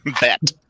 bet